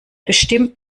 bestimmt